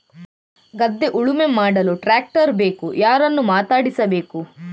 ಗದ್ಧೆ ಉಳುಮೆ ಮಾಡಲು ಟ್ರ್ಯಾಕ್ಟರ್ ಬೇಕು ಯಾರನ್ನು ಮಾತಾಡಿಸಬೇಕು?